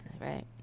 right